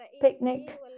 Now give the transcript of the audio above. picnic